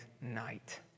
night